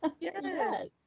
Yes